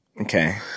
Okay